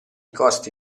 costi